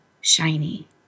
shiny